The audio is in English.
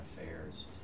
Affairs